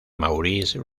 maurice